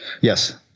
Yes